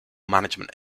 management